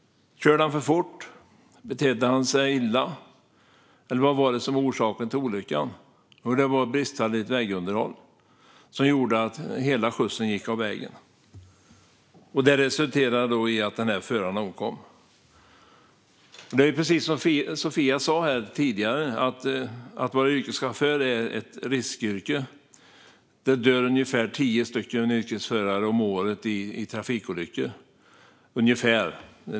Körde han för fort? Betedde han sig illa? Eller vad var det som var orsaken till olyckan? Jo, det var bristande vägunderhåll som gjorde att hela skjutsen gick av vägen. Och det resulterade i att föraren omkom. Det är precis som Sofia sa tidigare: Yrkeschaufför är ett riskyrke. Det dör ungefär tio yrkesförare om året i trafikolyckor.